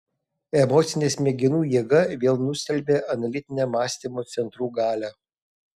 emocinė smegenų jėga vėl nustelbia analitinę mąstymo centrų galią